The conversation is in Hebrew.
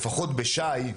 לפחות בש"י,